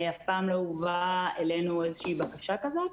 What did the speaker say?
אף פעם לא הובאה אלינו בקשה כזו.